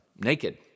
naked